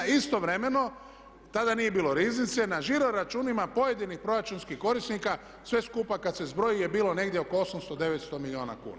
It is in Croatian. Istovremeno tada nije bilo riznice na žiroračunima pojedinih proračunskih korisnika sve skupa kada se zbroji je bilo negdje oko 800, 900 milijuna kuna.